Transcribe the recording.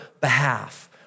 behalf